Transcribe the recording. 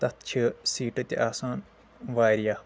تتھ چھِ سیٖٹہٕ تہِ آسان واریاہ